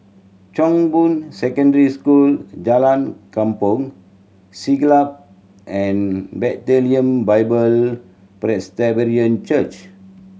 Chong Boon Secondary School Jalan Kampong Siglap and Bethlehem Bible Presbyterian Church